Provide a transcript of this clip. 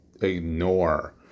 ignore